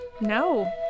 No